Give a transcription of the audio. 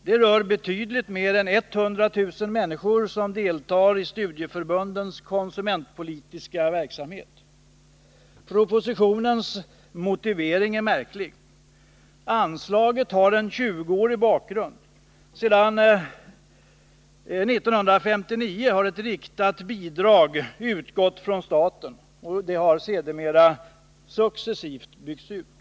Det rör betydligt mer än 100 000 människor, som deltar i studieförbundens konsumentpolitiska verksamhet. Propositionens motivering är märklig. Anslaget har en 20-årig bakgrund. Sedan 1959 har ett riktat bidrag utgått från staten. Detta har sedermera successivt byggts ut.